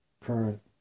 current